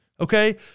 Okay